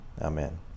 Amen